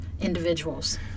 individuals